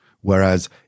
Whereas